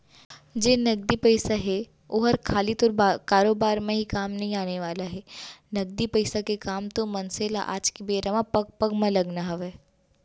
जेन नगदी पइसा हे ओहर खाली तोर कारोबार म ही काम नइ आने वाला हे, नगदी पइसा के काम तो मनसे ल आज के बेरा म पग पग म लगना हवय